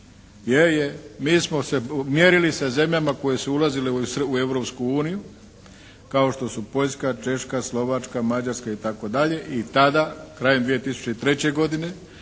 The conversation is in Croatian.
Mi smo se mjerili sa zemljama koje su ulazile u Europsku uniju, kao što su Poljska, Češka, Slovačka, Mađarska itd. i tada krajem 2003. godine